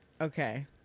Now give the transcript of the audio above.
okay